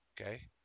Okay